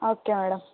okay madam